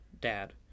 dad